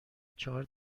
چهار